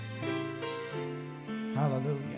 Hallelujah